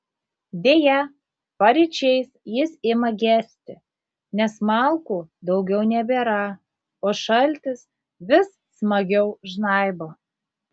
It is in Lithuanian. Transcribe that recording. deja paryčiais jis ima gesti nes malkų daugiau nebėra o šaltis vis smagiau žnaibo